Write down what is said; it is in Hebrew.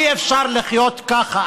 אי-אפשר לחיות ככה.